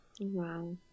wow